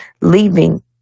leaving